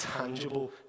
tangible